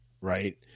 right